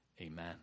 amen